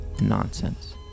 nonsense